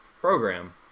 program